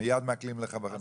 מיד מעקלים לך בבנק.